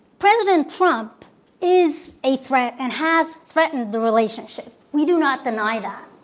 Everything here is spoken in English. president trump is a threat and has threatened the relationship. we do not deny that.